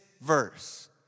verse